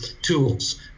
tools